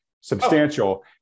substantial